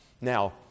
Now